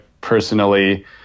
personally